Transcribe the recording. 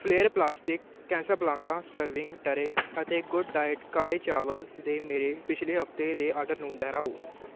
flare plastic Casablanca serving tray ਅਤੇ good diet ਕਾਲੇ ਚਾਵਲ ਦੇ ਮੇਰੇ ਪਿਛਲੇ ਹਫਤੇ ਦੇ ਆਰਡਰ ਨੂੰ ਦੁਹਰਾਓ